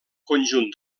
conjunt